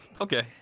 Okay